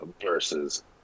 versus